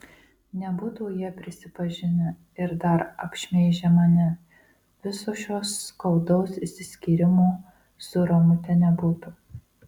nebūtų jie prisipažinę ir dar apšmeižę mane viso šio skaudaus išsiskyrimo su ramute nebūtų